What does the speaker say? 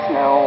no